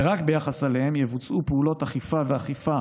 ורק ביחס אליהם יבוצעו פעולות אכיפה ואכיפה